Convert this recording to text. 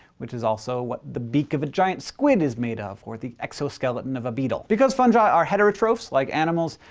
which is also what the beak of a giant squid is made out of, or the exoskeleton of a beetle. because fungi are heterotrophs like animals,